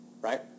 right